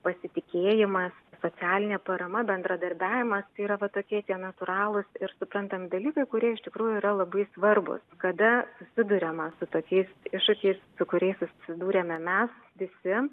pasitikėjimas socialinė parama bendradarbiavimas yra va tokie tie natūralūs ir suprantami dalykai kurie iš tikrųjų yra labai svarbūs kada susiduriama su tokiais iššūkiais su kuriais susidūrėme mes visi